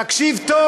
תקשיב טוב.